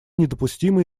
недопустимы